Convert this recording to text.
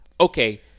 okay